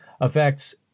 affects